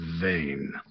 vain